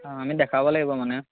অঁ আমি দেখাব লাগিব মানে